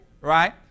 Right